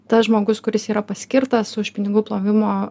tas žmogus kuris yra paskirtas už pinigų plovimo